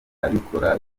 abikora